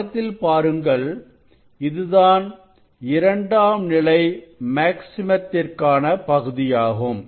படத்தில் பாருங்கள் இதுதான் இரண்டாம் நிலை மேக்ஸிமதிற்கான பகுதியாகும்